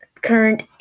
Current